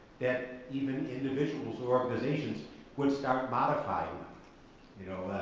that even individuals or organizations would start modifying you know,